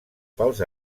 pels